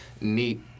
neat